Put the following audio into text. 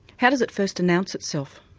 how does it first announce itself?